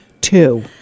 two